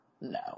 No